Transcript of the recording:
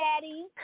daddy